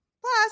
Plus